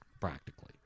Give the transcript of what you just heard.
practically